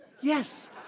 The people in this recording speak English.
Yes